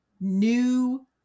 new